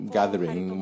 gathering